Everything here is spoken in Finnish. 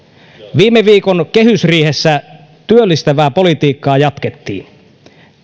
viime viikon kehysriihessä työllistävää politiikkaa jatkettiin